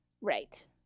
right